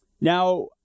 Now